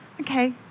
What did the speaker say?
Okay